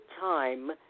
time